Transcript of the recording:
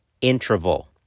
interval